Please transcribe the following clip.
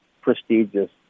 prestigious